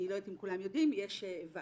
אני לא יודעת אם כולם יודעים, יש ועדה